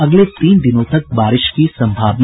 अगले तीन दिनों तक बारिश की संभावना